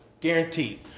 guaranteed